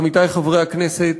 עמיתי חברי הכנסת,